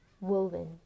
woven